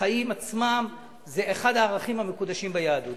החיים עצמם הם אחד הערכים המקודשים ביהדות.